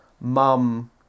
mum